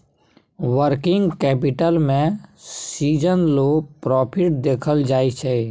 working capital में सीजनलो profit देखल जाइ छइ